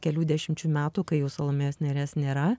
kelių dešimčių metų kai jau salomėjos nėries nėra